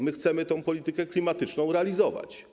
My chcemy tę politykę klimatyczną realizować.